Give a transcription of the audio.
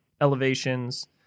elevations